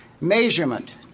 Measurement